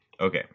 Okay